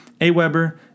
Aweber